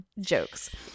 jokes